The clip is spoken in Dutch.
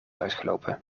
uitgelopen